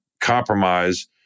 compromise